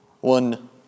One